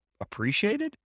appreciated